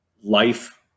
life